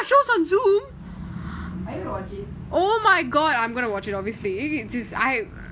are you gonna watch it